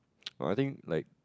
no I think like